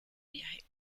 viajero